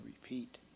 repeat